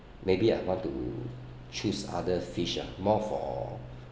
maybe I want to choose other fish ah more for